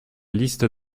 liste